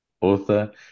author